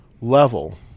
level